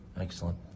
Excellent